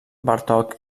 bartók